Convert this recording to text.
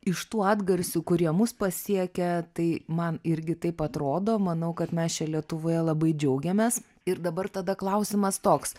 iš tų atgarsių kurie mus pasiekė tai man irgi taip atrodo manau kad mes čia lietuvoje labai džiaugiamės ir dabar tada klausimas toks